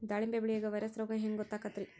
ದಾಳಿಂಬಿ ಬೆಳಿಯಾಗ ವೈರಸ್ ರೋಗ ಹ್ಯಾಂಗ ಗೊತ್ತಾಕ್ಕತ್ರೇ?